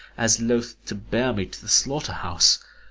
as loth to bear me to the slaughter-house.